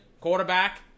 quarterback